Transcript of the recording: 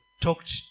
talked